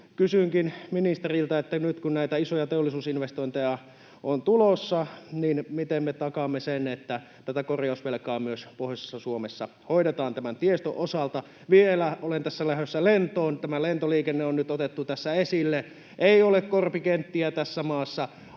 Kysynkin ministeriltä: nyt kun näitä isoja teollisuusinvestointeja on tulossa, miten me takaamme sen, että tätä korjausvelkaa hoidetaan myös pohjoisessa Suomessa tiestön osalta? Vielä — olen tässä lähdössä lentoon: Lentoliikenne on nyt otettu tässä esille. Ei ole korpikenttiä tässä maassa,